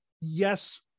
Yes